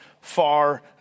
far